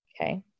Okay